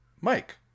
mike